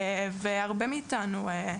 והרבה מאיתנו,